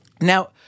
Now